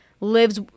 lives